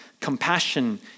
compassion